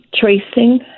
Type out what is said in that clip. Tracing